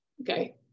Okay